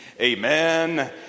amen